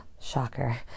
shocker